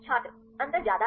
छात्र अंतर ज्यादा है